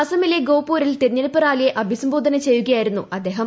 അസമിലെ ഗോപൂരിൽ തിരഞ്ഞെടുപ്പ് റാലിയെ അഭിസംബോധന ചെയ്യുകയായിരുന്നു അദ്ദേഹം